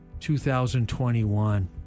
2021